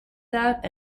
that